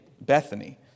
Bethany